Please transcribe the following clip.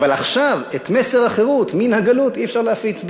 אבל עכשיו את מסר החירות מן הגלות אי-אפשר להפיץ בעולם.